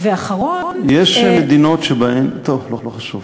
ואחרון, יש מדינות שבהן, טוב, לא חשוב.